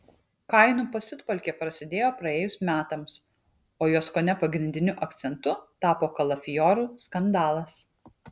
kainų pasiutpolkė prasidėjo praėjus metams o jos kone pagrindiniu akcentu tapo kalafiorų skandalas